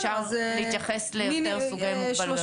אפשר להתייחס ליותר סוגי מוגבלויות.